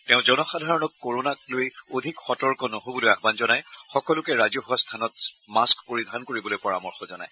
তেওঁ জনসাধাৰণক কৰোণাক লৈ অধিক সতৰ্ক হবলৈ আয়ন জনাই সকলোকে ৰাজহুৱা স্থানত মাস্থ পৰিধান কৰিবলৈ পৰামৰ্শ জনায়